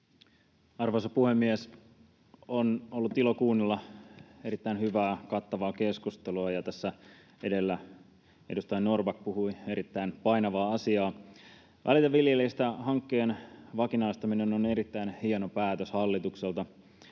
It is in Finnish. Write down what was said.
Arvoisa puhemies! On ollut ilo kuunnella erittäin hyvää, kattavaa keskustelua. Tässä edellä edustaja Norrback puhui erittäin painavaa asiaa. Välitä viljelijästä ‑hankkeen vakinaistaminen on erittäin hieno päätös hallitukselta.